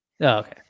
okay